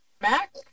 Mac